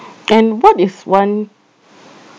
and what is one